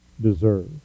deserve